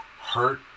hurt